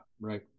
right